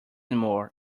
anymore